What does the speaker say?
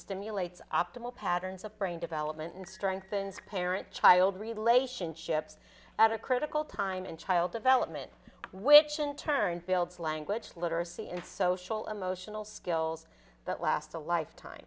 stimulates optimal patterns of brain development and strengthens parent child relationships at a critical time in child development which unturned builds language literacy and social emotional skills that last a